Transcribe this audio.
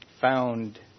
found